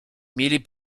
mieli